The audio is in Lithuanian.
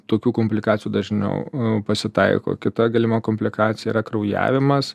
tokių komplikacijų dažniau pasitaiko kita galima komplikacija yra kraujavimas